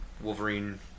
Wolverine